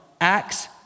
Acts